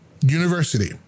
University